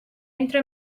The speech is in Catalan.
entra